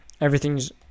Everything's